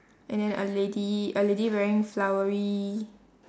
and then a lady a lady wearing flowery